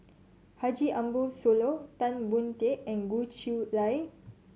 Haji Ambo Sooloh Tan Boon Teik and Goh Chiew Lye